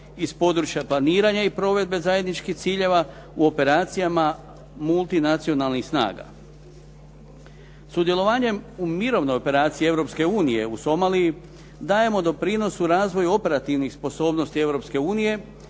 iz područja planiranja i provedbe zajedničkih ciljeva u operacijama multinacionalnih snaga. Sudjelovanjem u mirovnoj operaciji Europske unije u Somaliji dajemo doprinos u razvoju operativnih sposobnosti